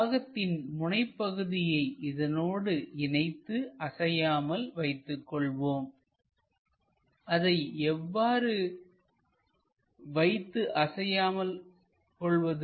பாகத்தின் முனைப்பகுதியை இதனோடு இணைத்து அசையாமல் வைத்துக்கொள்வோம் அதை எவ்வாறு வைத்துக் அசையாமல் கொள்வது